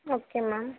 okay ma'am